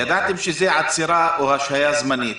ידעתם שזו עצירה או השהייה זמנית.